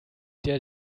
der